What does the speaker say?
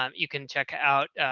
um you can check out